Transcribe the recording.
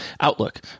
Outlook